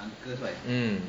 mm